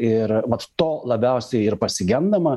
ir mat to labiausiai ir pasigendama